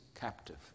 captive